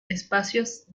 espacios